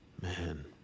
Man